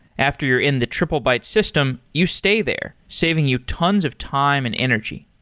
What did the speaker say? after you're in the triplebyte system, you stay there, saving you tons of time and energy.